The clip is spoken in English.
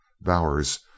Bowers